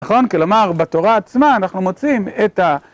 נכון? כלומר, בתורה עצמה אנחנו מוצאים את ה...